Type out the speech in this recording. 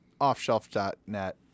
offshelf.net